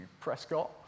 Prescott